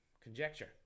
conjecture